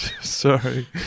Sorry